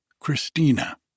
Christina